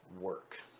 work